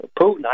Putin